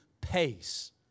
pace